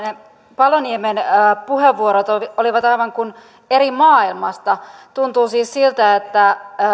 ja edustaja paloniemen puheenvuorot olivat aivan kuin eri maailmasta tuntuu siis siltä että